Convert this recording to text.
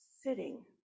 sitting